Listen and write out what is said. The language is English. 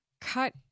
cut